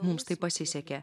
mums tai pasisekė